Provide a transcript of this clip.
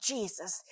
Jesus